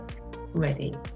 ready